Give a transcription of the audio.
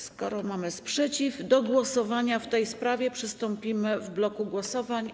Skoro mamy sprzeciw, do głosowania w tej sprawie przystąpimy w bloku głosowań.